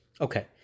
Okay